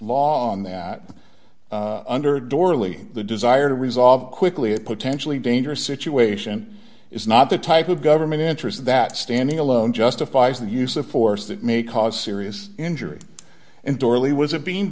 law on that under dorling the desire to resolve quickly a potentially dangerous situation is not the type of government interest that standing alone justifies the use of force that may cause serious injury and orly was a bean